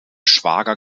schwager